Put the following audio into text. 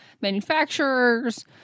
manufacturers